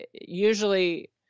usually